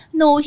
no